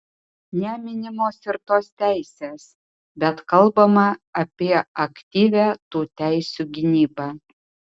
neminimos ir tos teisės bet kalbama apie aktyvią tų teisių gynybą